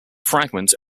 fragment